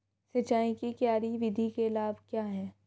सिंचाई की क्यारी विधि के लाभ क्या हैं?